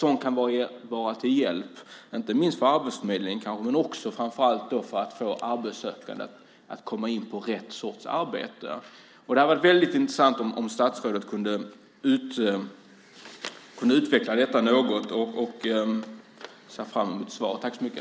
De kan vara till hjälp inte minst för arbetsförmedlingen men också, framför allt, för att man ska få arbetssökande att komma in på rätt sorts arbete. Det skulle vara väldigt intressant om statsrådet skulle kunna utveckla detta något. Jag ser fram emot svaret.